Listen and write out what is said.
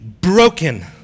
broken